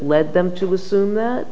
led them to assume that